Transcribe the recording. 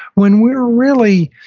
when we're really